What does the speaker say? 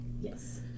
yes